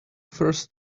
first